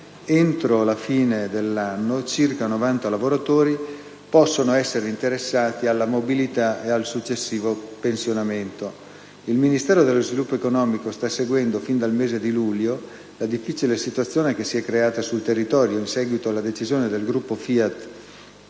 entro la fine dell'anno, circa 90 lavoratori possano essere interessati alla mobilità e al successivo pensionamento. Il Ministero dello sviluppo economico sta seguendo, fin dal mese di luglio, la difficile situazione che si è creata sul territorio in seguito alla decisione del gruppo FIAT